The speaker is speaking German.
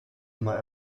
immer